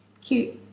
cute